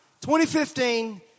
2015